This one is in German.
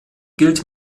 gilt